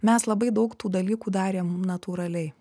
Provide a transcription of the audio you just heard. mes labai daug tų dalykų darėm natūraliai